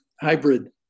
hybrid